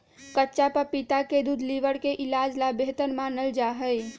कच्चा पपीता के दूध लीवर के इलाज ला बेहतर मानल जाहई